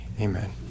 Amen